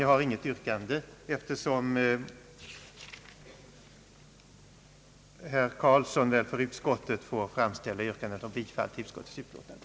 Jag har inte något yrkande, eftersom herr Göran Karlsson för utskottet får framställa yrkande om bifall till utskottets förslag.